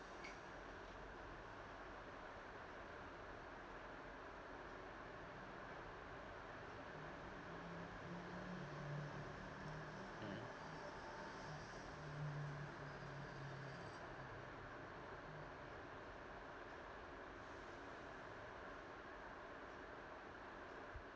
mmhmm